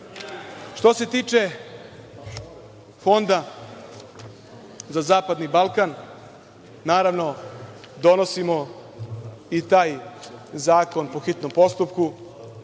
itd. Što se tiče Fonda za zapadni Balkan, naravno donosimo i taj zakon po hitnom postupku,